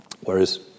Whereas